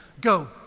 Go